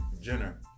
Jenner